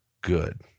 good